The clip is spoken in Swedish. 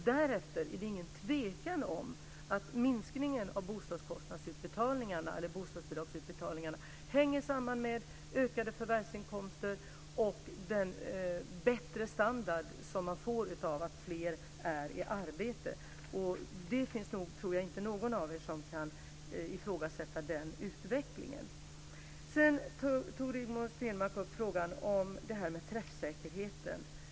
Däremot är det inget tvivel om att minskningen av bostadsbidragsutbetalningarna hänger samman med ökade förvärvsinkomster och den standardförbättring som man får när fler är i arbete. Jag tror inte att någon av er kan ifrågasätta den utvecklingen. Rigmor Stenmark tog upp frågan om träffsäkerheten.